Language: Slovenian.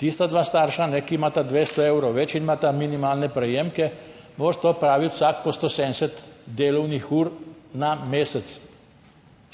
tista dva starša, ki imata 200 evrov več in imata minimalne prejemke, morata opraviti vsak po 170 delovnih ur na mesec.